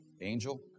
Angel